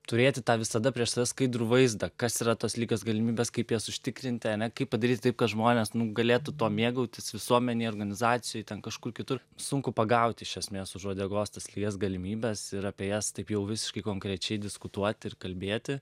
turėti tą visada prieš save skaidrų vaizdą kas yra tos lygios galimybės kaip jas užtikrinti ane kaip padaryti taip kad žmonės galėtų tuo mėgautis visuomenėje organizacijoj ten kažkur kitur sunku pagaut iš esmės už uodegos tas lygias galimybes ir apie jas taip jau visiškai konkrečiai diskutuot ir kalbėti